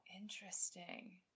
interesting